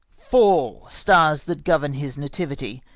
fall, stars that govern his nativity,